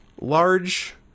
large